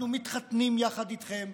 אנחנו מתחתנים יחד איתכם,